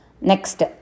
Next